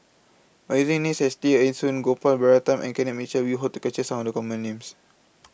By using Names such as Tear Ee Soon Gopal Baratham and Ken Mitchell We Hope to capture Some of The Common Names